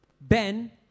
Ben